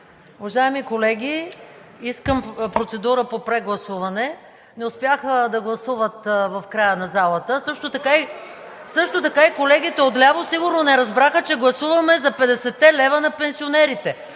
Уважаеми колеги, искам процедура по прегласуване – не успяха да гласуват в края на залата. (Шум и реплики.) Също така и колегите отляво сигурно не разбраха, че гласуваме за 50-те лева на пенсионерите.